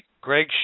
Greg